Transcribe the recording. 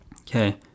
okay